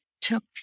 took